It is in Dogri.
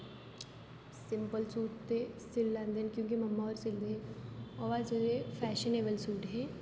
सिंपल सूट ते सिले लेंदे ना क्योकि ममा और सिलदे है अवा अज दे फैशनएवल सूट है